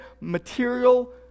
material